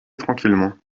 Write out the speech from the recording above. tranquillement